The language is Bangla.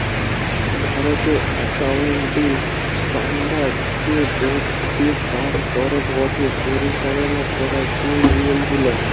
ভারতের একাউন্টিং স্ট্যান্ডার্ড যে বোর্ড চে তার তরফ গটে পরিচালনা করা যে নিয়ম গুলা